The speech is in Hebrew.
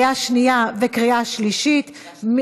בקריאה שנייה וקריאה שלישית.